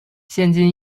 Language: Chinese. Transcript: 现今